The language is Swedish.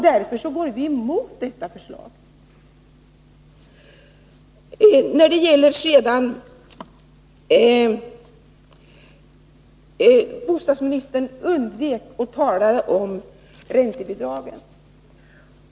Därför går vi emot detta förslag. Bostadsministern undvek att tala om räntebidragen.